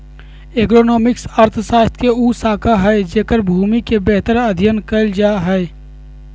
agronomics अर्थशास्त्र के उ शाखा हइ जेकर भूमि के बेहतर अध्यन कायल जा हइ